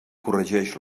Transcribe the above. corregeix